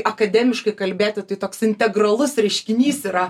akademiškai kalbėti tai toks integralus reiškinys yra